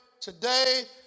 today